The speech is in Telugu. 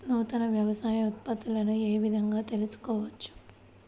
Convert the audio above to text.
నూతన వ్యవసాయ ఉత్పత్తులను ఏ విధంగా తెలుసుకోవచ్చు?